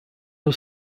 yıl